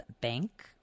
Bank